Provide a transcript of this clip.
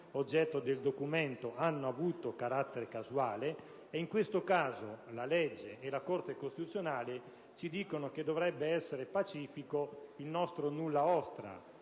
oggetto del documento hanno avuto carattere casuale. In questo caso, la legge e la Corte costituzionale dicono che dovrebbero essere pacifici il nostro nulla osta